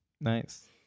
Nice